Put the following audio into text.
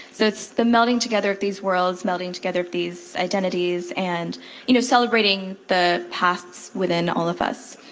so it's the melding together of these words, melding together of these identities and you know celebrating the pasts within all of us.